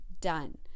done